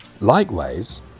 Likewise